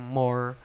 more